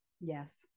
yes